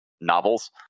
novels